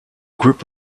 group